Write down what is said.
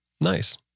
Nice